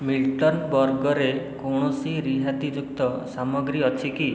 Milton ବର୍ଗରେ କୌଣସି ରିହାତିଯୁକ୍ତ ସାମଗ୍ରୀ ଅଛି କି